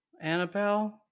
Annabelle